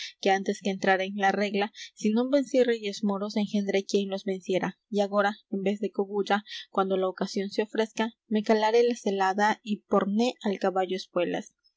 que antes que entrara en la regla si non vencí reyes moros engendré quien los venciera y agora en vez de cogulla cuando la ocasión se ofrezca me calaré la celada y porné al caballo espuelas